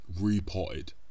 repotted